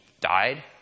died